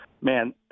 man